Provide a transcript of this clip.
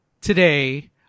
today